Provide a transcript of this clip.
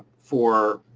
for